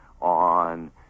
on